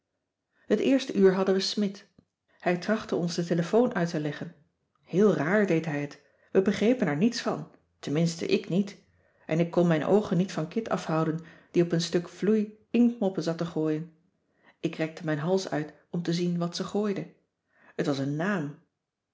het eerste uur hadden we smidt hij trachtte ons de telefoon uit te leggen heel raar deed hij het we begrepen er niets van tenminste ik niet en ik kon mijn oogen niet van kit afhouden die op een stuk vloei inktmoppen zat te gooien ik rekte mijn hals uit om te zien wat ze gooide het was een naam